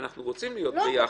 ואנחנו רוצים להיות ביחד.